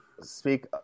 speak